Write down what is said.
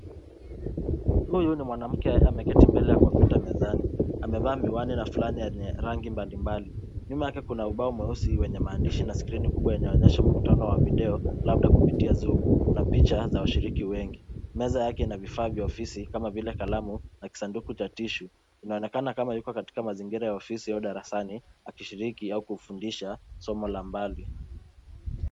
Huyu ni mwanamke ameketi mbele ya kompyuta mezani. Amevaa miwani na fulana yenye rangi mbalimbali. Nyuma yake kuna ubao mweusi wenye maandishi na screen kubwa inayoonyesha mkutano wa video, labda kupitia zoom na picha za washiriki wengi. Meza yake ina vifaa vya ofisi, kama vile kalamu na kisanduku cha tissue .Inaonekana kama yuko katika mazingira ya ofisi au darasani, akishiriki au kufundisha somo la mbali.